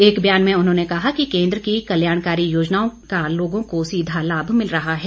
एक बयान में उन्होंने कहा है कि केन्द्र की कल्याणकारी योजनाओं का लोगों को सीधा लाभ मिल रहा है